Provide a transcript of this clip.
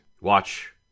watch